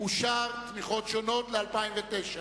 אושר סעיף תמיכות שונות ל-2009.